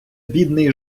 бідний